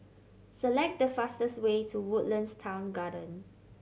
select the fastest way to Woodlands Town Garden